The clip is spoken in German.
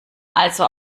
also